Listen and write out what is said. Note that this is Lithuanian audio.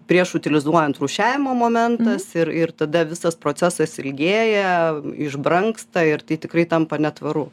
prieš utilizuojant rūšiavimo momentas ir ir tada visas procesas ilgėja išbrangsta ir tai tikrai tampa netvaru